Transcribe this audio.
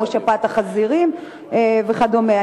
כמו שפעת החזירים וכדומה.